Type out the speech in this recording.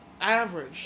average